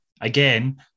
Again